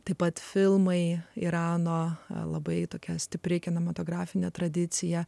taip pat filmai irano labai tokia stipri kinematografinė tradicija